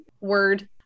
word